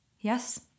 Yes